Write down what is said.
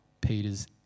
Peter's